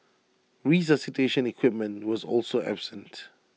resuscitation equipment was also absent